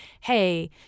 hey